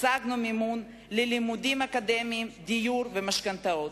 השגנו מימון ללימודים אקדמיים, דיור ומשכנתאות,